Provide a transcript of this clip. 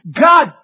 God